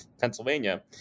Pennsylvania